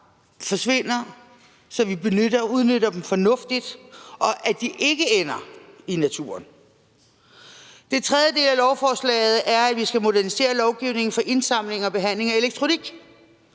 forsvinder, så vi benytter og udnytter dem fornuftigt og de ikke ender i naturen. Den tredje del af lovforslaget er, at vi skal modernisere lovgivningen for indsamling og behandling af elektronik.